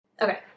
Okay